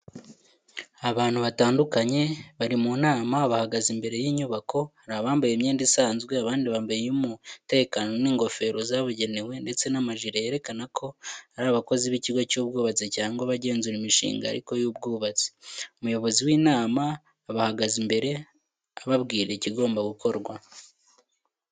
Abantu batandukanye bari mu nama bahagaze imbere y'inyubako. Hari abambaye imyenda isanzwe, abandi bambaye iy’umutekano nk’ingofero zabugenewe ndetse n’amajire yerekana ko ari abakozi b’ikigo cy’ubwubatsi cyangwa abagenzura imishinga ariko y'ubwubatsi. Umuyobozi w'inama abahagaze imbere ababwira ikigomba gukorwa.